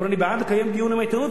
אבל אני בעד לקיים דיון עם העיתונות,